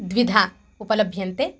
द्विधा उपलभ्यन्ते